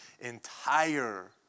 entire